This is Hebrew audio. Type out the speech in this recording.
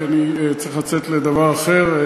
כי אני צריך לצאת לדבר אחר,